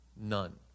None